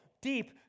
deep